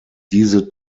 diese